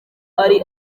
ari